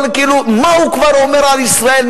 מה הוא כבר אומר על ישראל,